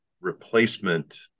replacement